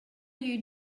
you